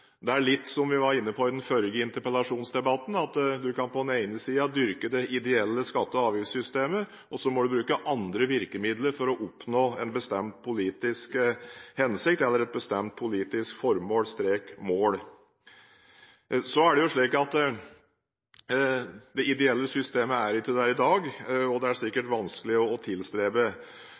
Som vi var inne på i den forrige interpellasjonsdebatten, er det sånn at man på den ene siden kan dyrke det ideelle skatte- og avgiftssystemet, og så må man bruke andre virkemidler for å oppnå en bestemt politisk hensikt eller et bestemt politisk formål/mål. Det ideelle systemet er ikke der i dag, og det er det sikkert vanskelig å tilstrebe.